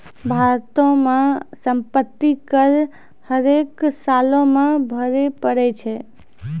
भारतो मे सम्पति कर हरेक सालो मे भरे पड़ै छै